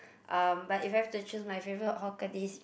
um but if I have to choose my favourite hawker dish